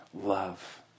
love